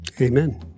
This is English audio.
Amen